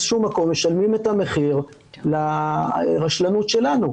שהוא מקום משלמים את המחיר על הרשלנות שלנו.